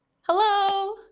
Hello